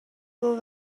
blue